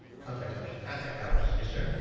contact hours! contact hours, yes sir!